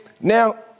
now